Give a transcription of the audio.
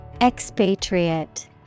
Expatriate